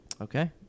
Okay